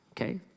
okay